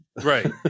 Right